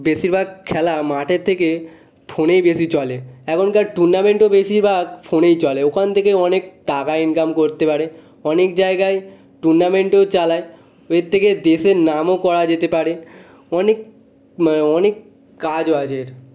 বেশিরভাগ খেলা মাঠের থেকে ফোনেই বেশি চলে এখনকার টুর্নামেন্টও বেশিরভাগ ফোনেই চলে ওখান থেকেই অনেক টাকা ইনকাম করতে পারে অনেক জায়গায় টুর্নামেন্টও চালায় এর থেকে দেশের নামও করা যেতে পারে অনেক অনেক কাজও আছে এর